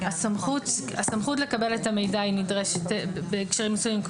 הסמכות לקבל את המידע נדרשת בהקשרים מסוימים,